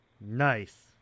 Nice